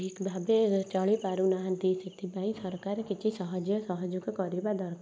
ଠିକ ଭାବେ ଚଳି ପାରୁ ନାହାଁନ୍ତି ସେଥିପାଇଁ ସରକାର କିଛି ସାହଯ୍ୟ ସହଯୋଗ କରିବା ଦର